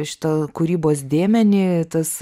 šito kūrybos dėmenį tas